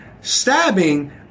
stabbing